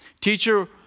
Teacher